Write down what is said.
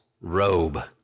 robe